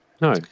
No